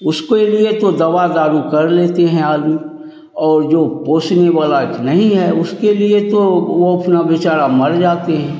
उसके लिए तो दवा दारू कर लेते हैं आदमी और जो पोसने वाला एक नहीं है उसके लिए तो वह अपना बेचारे मर जाते हैं